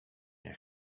nie